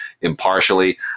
impartially